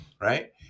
right